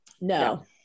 No